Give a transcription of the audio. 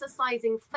exercising